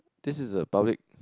this is a public